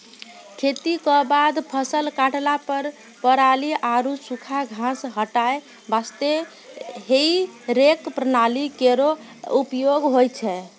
खेती क बाद फसल काटला पर पराली आरु सूखा घास हटाय वास्ते हेई रेक प्रणाली केरो उपयोग होय छै